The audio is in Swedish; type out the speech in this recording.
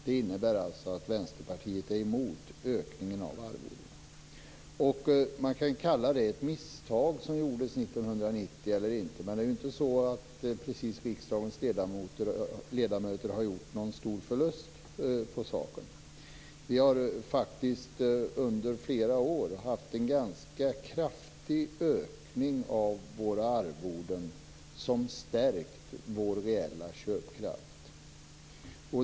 Det innebär alltså att Vänsterpartiet är emot ökningen av arvodena. Man kan kalla det som gjordes 1990 för ett misstag. Men det är inte precis så att riksdagens ledamöter har gjort någon stor förlust på saken. Vi har faktiskt under flera år haft en ganska kraftig ökning av våra arvoden. Detta har stärkt vår reella köpkraft.